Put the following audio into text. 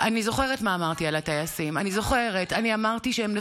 אני זוכרת מה אמרתי על הטייסים,